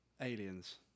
aliens